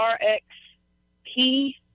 RX-P